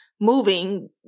moving